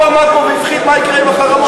הוא עמד פה והפחיד מה יקרה עם החרמות.